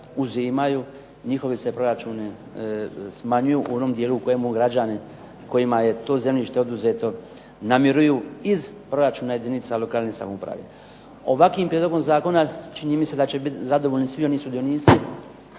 uzimaju, njihovi se proračuni smanjuju u onom dijelu u kojemu građani kojima je to zemljište oduzeto namiruju iz proračuna jedinica lokalne samouprave. Ovakvim prijedlogom zakona čini mi se da će biti zadovoljni svi oni sudionici